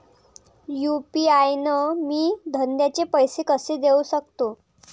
UPI न मी धंद्याचे पैसे कसे देऊ सकतो?